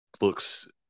looks